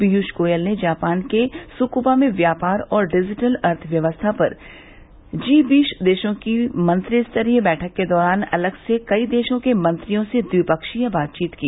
पीयूष गोयल ने जापान के सुकुबा में व्यापार और डिजीटल अर्थव्यवस्था पर जी बीस देशों की मंत्रिस्तरीय बैठक के दौरान अलग से कई देशों के मंत्रियों से ट्विपक्षीय बातचीत की